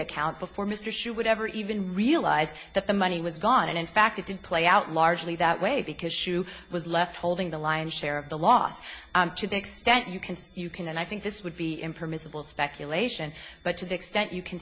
account before mr xi would ever even realize that the money was gone and in fact it did play out largely that way because shoe was left holding the lion's share of the loss to the extent you can you can and i think this would be impermissible speculation but to the extent you can